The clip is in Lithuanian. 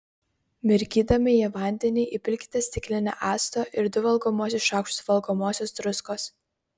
mirkydami į vandenį įpilkite stiklinę acto ir du valgomuosius šaukštus valgomosios druskos